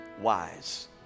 wise